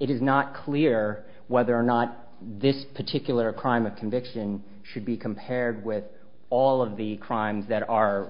it is not clear whether or not this particular crime a conviction should be compared with all of the crimes that are